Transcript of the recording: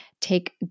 take